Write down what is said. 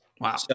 wow